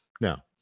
Now